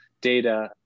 data